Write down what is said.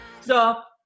Stop